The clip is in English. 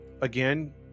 again